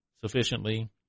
sufficiently